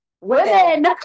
women